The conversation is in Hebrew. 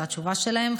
זאת התשובה שלהם.